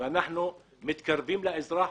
ואנחנו מתקרבים לאזרח.